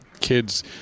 kids –